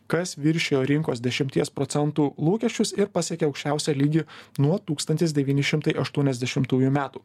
kas viršijo rinkos dešimties procentų lūkesčius ir pasiekė aukščiausią lygį nuo tūkstantis devyni šimtai aštuoniasdešimtųjų metų